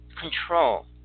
control